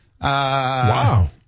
Wow